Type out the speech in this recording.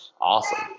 awesome